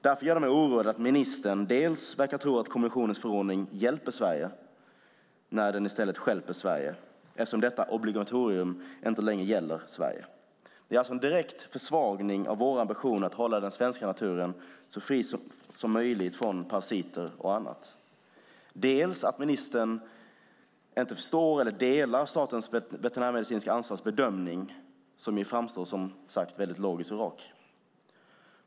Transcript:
Därför oroar det mig att ministern verkar tro att kommissionens förordning hjälper Sverige när den i stället stjälper Sverige eftersom obligatoriet inte längre gäller i Sverige. Det är alltså en direkt försvagning av vår ambition att hålla den svenska naturen så fri som möjligt från parasiter. Ministern delar inte Statens veterinärmedicinska anstalts bedömning som ju framstår som logisk och rak.